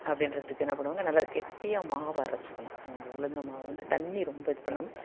அப்படின்றத்துக்கு என்ன பண்ணுவாங்க நல்ல கெட்டியாக மாவை அரைத்துக்கணும் அந்த உளுந்தன் மாவை வந்து தண்ணி ரொம்ப இது பண்ணாமல்